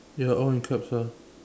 ya all in caps ah